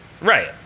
Right